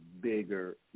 bigger